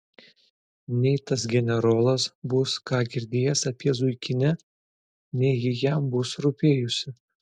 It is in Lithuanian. nei tas generolas bus ką girdėjęs apie zuikinę nei ji jam bus rūpėjusi